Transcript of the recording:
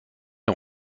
est